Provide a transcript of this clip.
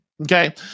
Okay